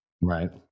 right